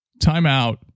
timeout